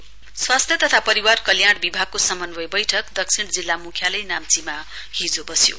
health meet south स्वास्थ्य तथा परिवार कल्याण विभागको समन्वय बैठक दक्षिण जिल्ला मुख्यालय नाम्चीमा हिजो बस्यो